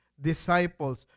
disciples